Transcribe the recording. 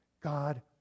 God